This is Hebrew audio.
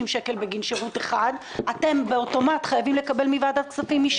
אני מניחה שיש מקומות שבהם אתם גובים כסף וקופות אחרות לא גובות כסף.